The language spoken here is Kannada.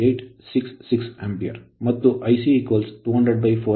866 Ampere ಮತ್ತು Ic 200400 0